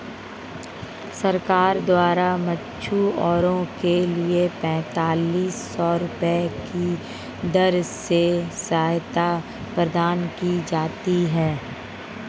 सरकार द्वारा मछुआरों के लिए पेंतालिस सौ रुपये की दर से सहायता प्रदान की जाती है